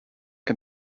can